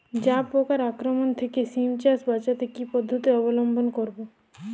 জাব পোকার আক্রমণ থেকে সিম চাষ বাচাতে কি পদ্ধতি অবলম্বন করব?